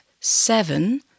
Seven